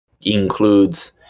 includes